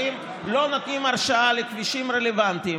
ואם לא נותנים הרשאה לכבישים רלוונטיים,